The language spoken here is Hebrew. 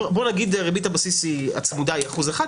בוא נגיד שריבית הבסיס הצמודה היא אחוז אחד,